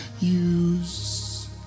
use